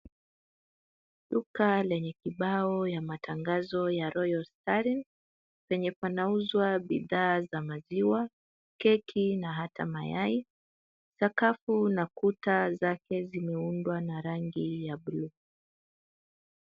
Duka lenye kibao ya matangazo ya Royal starinn, penye panauzwa bidhaa za maziwa, keki na hata mayai. Sakafu na kuta zake zimeundwa na rangi ya blue .